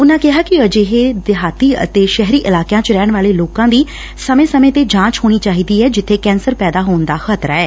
ਉਨੂਾ ਕਿਹਾ ਕਿ ਅਜਿਹੇ ਦਿਹਾਤੀ ਅਤੇ ਸ਼ਹਿਰੀ ਇਲਾਕਿਆਂ ਵਿਚ ਰਹਿਣ ਵਾਲੇ ਲੋਕਾਂ ਦੀ ਸਮੇਂ ਸਮੇਂ ਤੇ ਜਾਂਚ ਹੋਣੀ ਚਾਹੀਦੀ ਐ ਜਿੱਥੇ ਕੈਂਸਰ ਪੈਦਾ ਹੋਣ ਦਾ ਖ਼ਤਰਾ ਐ